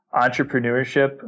entrepreneurship